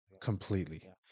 completely